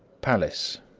palace,